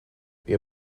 wir